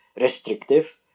restrictive